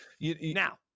now